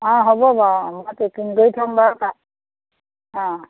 অঁ হ'ব বাৰু মই পেকিং কৰি থ'ম বাৰু তাত অ